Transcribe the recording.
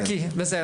בסדר.